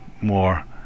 more